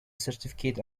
certificate